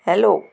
hello